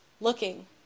looking